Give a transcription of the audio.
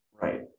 Right